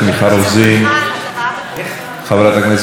מוותרת, חבר הכנסת חיים ילין,